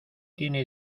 tiene